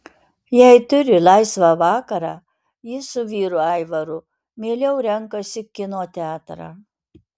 jei turi laisvą vakarą ji su vyru aivaru mieliau renkasi kino teatrą